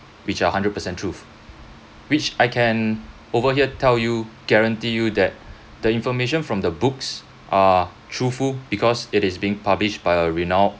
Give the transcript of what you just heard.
which are a hundred percent truth which I can over here tell you guarantee you that the information from the books are truthful because it is being published by a renowned